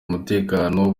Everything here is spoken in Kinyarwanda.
umutekano